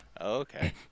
Okay